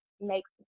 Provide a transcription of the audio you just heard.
makes